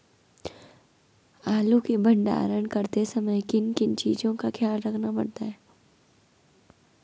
आलू के भंडारण करते समय किन किन चीज़ों का ख्याल रखना पड़ता है?